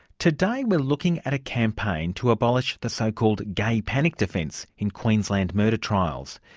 today we're looking at a campaign to abolish the so-called gay panic defence in queensland murder trials.